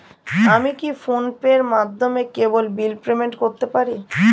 আমি কি ফোন পের মাধ্যমে কেবল বিল পেমেন্ট করতে পারি?